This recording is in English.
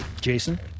Jason